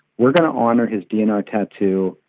we're going to honour his dnr tattoo,